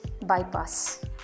Bypass